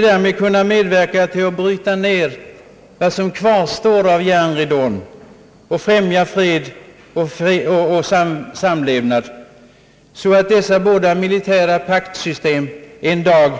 Därmed kunde de medverka till att bryta ned vad som kvarstår av järnridån och främja fred och samlevnad, så att dessa båda militära allianssystem en dag